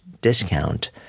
discount